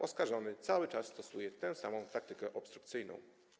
Oskarżony cały czas stosuje tę samą taktykę obstrukcyjną.